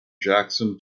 jackson